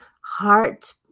heart